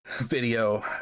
video